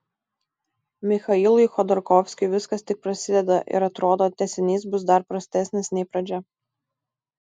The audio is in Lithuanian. michailui chodorkovskiui viskas tik prasideda ir atrodo tęsinys bus dar prastesnis nei pradžia